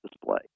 display